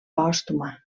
pòstuma